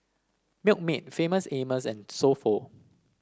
Milkmaid Famous Amos and So Pho